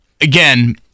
again